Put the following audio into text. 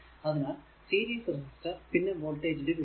അതിനാൽ series resistor പിന്നെ voltage division